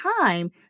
time